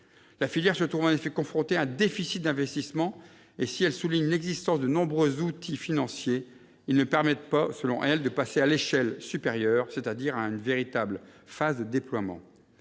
La filière se trouve en effet confrontée à un déficit d'investissement et, si elle souligne l'existence de nombreux outils financiers, ils ne permettent pas, selon elle, de passer à l'échelle supérieure, c'est-à-dire à une véritable phase de déploiement.